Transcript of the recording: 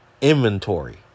inventory